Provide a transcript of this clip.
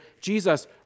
Jesus